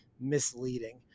misleading